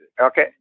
Okay